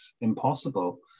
impossible